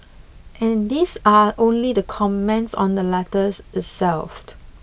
and these are only the comments on the letter itself